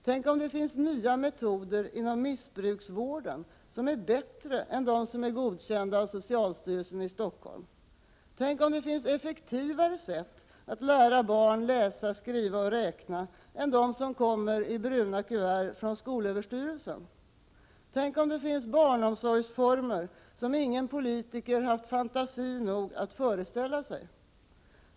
Tänk om det finns nya metoder inom missbruksvården, som är bättre än de som är godkända av socialstyrelsen i Stockholm. Tänk om det finns effektivare sätt att lära barn läsa, skriva och räkna än de som kommer i bruna kuvert från skolöverstyrelsen. Tänk om det finns barnomsorgsformer som ingen politiker har haft fantasi nog att föreställa sig.